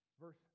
verse